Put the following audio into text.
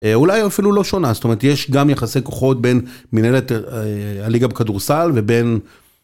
אולי אפילו לא שונה זאת אומרת יש גם יחסי כוחות בין מנהלת הליגה בכדורסל ובין.